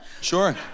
Sure